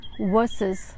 versus